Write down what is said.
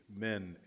men